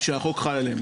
שהחוק חל עליהם.